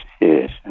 yes